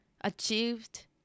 achieved